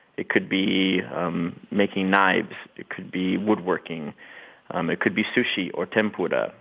it could be um making knives it could be woodworking um it could be sushi or tempura.